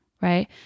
right